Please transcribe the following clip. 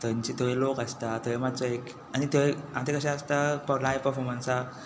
थंय थंय लोक आसता थंय मातसो एक आनी थंय कशे आसता लायव पर्फोमंसाक